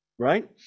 right